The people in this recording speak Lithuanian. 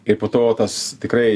ir po to tas tikrai